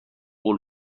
غول